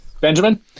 Benjamin